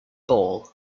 ball